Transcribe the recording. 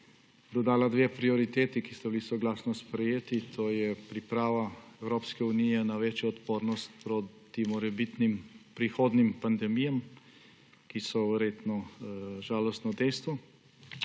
dodala dve prioriteti, ki sta bili soglasno sprejeti. To sta priprava Evropske unije na večjo odpornost proti morebitnim prihodnjim pandemijam, ki so verjetno žalostno dejstvo,